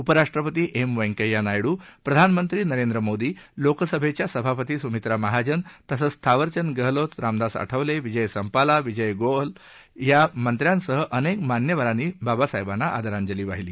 उपराष्ट्रपती एम व्यंकय्या नायडू प्रधानमंत्री नरेंद्र मोदी लोकसभेच्या सभापती सुमित्रा महाजन तसंच थावरचंद गहलोत रामदास आठवले विजय संपाला विजय गोयल या मंत्र्यांसह अनेक मान्यवरांनी बाबासाहेबांना आदरांजली वाहिली